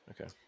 Okay